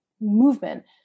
movement